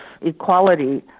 equality